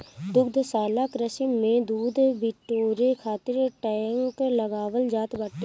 दुग्धशाला कृषि में दूध बिटोरे खातिर टैंक लगावल जात बाटे